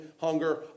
hunger